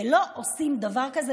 ולא עושים דבר כזה.